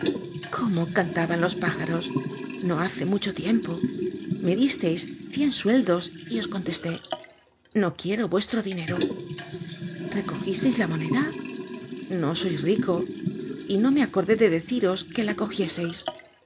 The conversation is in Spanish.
cómo cantaban los pájaros no hace mucho tiempo me disteis cien sueldos y os contesté no quiero vuestro dinero recogisteis la moneda no sois rico y no me acordé de deciros que la